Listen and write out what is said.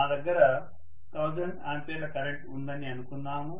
నా దగ్గర 1000 ఆంపియర్ల కరెంట్ ఉందని అనుకుందాము